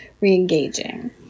re-engaging